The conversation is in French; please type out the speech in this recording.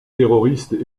terroristes